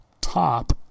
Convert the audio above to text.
top